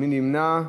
מי נמנע?